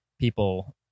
people